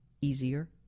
easier